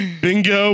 Bingo